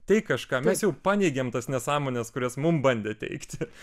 teik kažką mes jau paneigėm tas nesąmones kurias mum bandė teikti